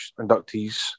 inductees